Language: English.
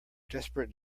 desperate